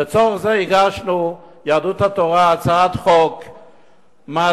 לצורך זה הגשנו, יהדות התורה, הצעת חוק מעשית.